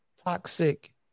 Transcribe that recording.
Toxic